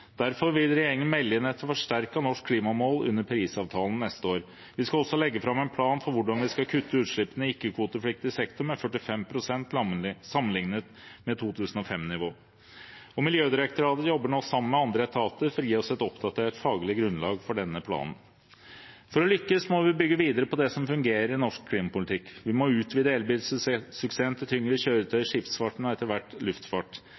Derfor vil regjeringen melde inn et forsterket norsk klimamål under Parisavtalen neste år. Vi skal også legge fram en plan for hvordan vi skal kutte utslippene i ikke-kvotepliktig sektor med 45 pst. sammenlignet med 2005-nivå. Miljødirektoratet jobber nå sammen med andre etater for å gi oss et oppdatert faglig grunnlag for denne planen. For å lykkes må vi bygge videre på det som fungerer i norsk klimapolitikk. Vi må utvide elbilsuksessen til tyngre kjøretøy, skipsfart og etter hvert luftfart.